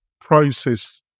process